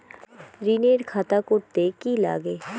ঋণের খাতা করতে কি লাগে?